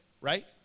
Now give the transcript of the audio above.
right